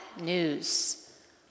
news